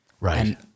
right